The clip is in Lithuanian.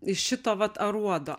iš šito vat aruodo